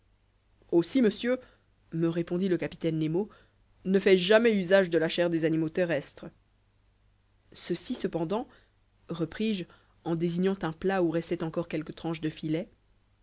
aussi monsieur me répondit le capitaine nemo ne fais-je jamais usage de la chair des animaux terrestres ceci cependant repris-je en désignant un plat où restaient encore quelques tranches de filet